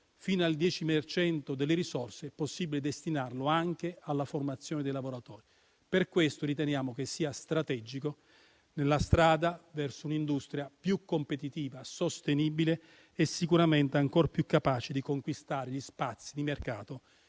(fino al 10 per cento delle risorse è possibile destinarlo anche alla formazione dei lavoratori). Per questo riteniamo che sia strategico nella strada verso un'industria più competitiva, sostenibile e sicuramente ancor più capace di conquistare gli spazi di mercato